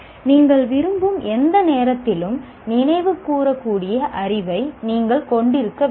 நீங்கள் விரும்பும் எந்த நேரத்திலும் நினைவுகூரக்கூடிய அறிவை நீங்கள் கொண்டிருக்க வேண்டும்